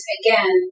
again